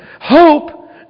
hope